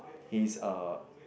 he's uh